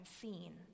seen